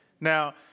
Now